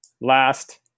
last